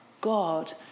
God